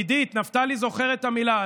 עידית, נפתלי זוכר את המילה.